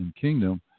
kingdom